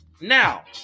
Now